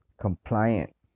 compliant